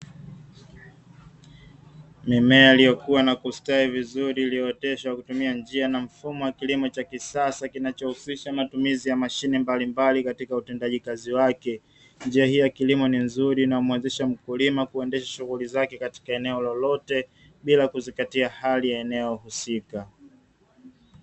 Mimea iliyokua na kustawi vizuri iliyooteshwa kwa kutumia njia na mfumo wa kilimo cha kisasa kinachohusisha matumizi ya mashine mbalimbali katika utendaji kazi wake. Njia hii ya kilimo ni nzuri na humwezesha mkulima kuendesha shughuli zake katika eneo lolote bila kuzingatia hali ya eneo husika.